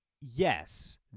yes